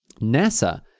NASA